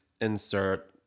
insert